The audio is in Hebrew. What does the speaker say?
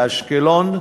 באשקלון,